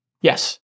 Yes